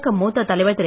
க மூத்த தலைவர் திரு